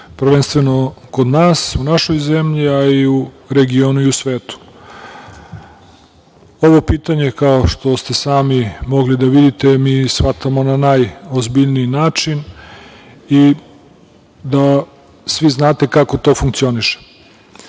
prvenstveno kod nas, u našoj zemlji, a i u regionu i u svetu. Ovo pitanje kao što ste sami mogli da vidite, shvatamo na najozbiljniji način i da svi znate kako to funkcioniše. Mi,